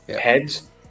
Heads